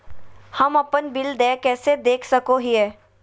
हम अपन बिल देय कैसे देख सको हियै?